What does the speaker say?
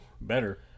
better